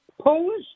Polish